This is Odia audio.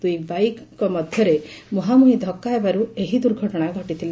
ଦୁଇ ବାଇକ୍ ମଧ୍ଧରେ ମୁହାଁମୁହି ଧକ୍କ ହେବାରୁ ଏହି ଦୁର୍ଘଟଣା ଘଟିଥିଲା